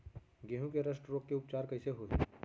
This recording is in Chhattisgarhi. गेहूँ के रस्ट रोग के उपचार कइसे होही?